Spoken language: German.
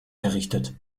errichtet